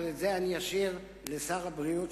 אבל את זה אני אשאיר לשר הבריאות,